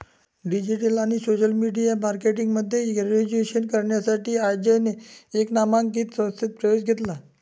digital आणि social media marketing मध्ये graduation करण्यासाठी अजयने एका नामांकित संस्थेत प्रवेश घेतला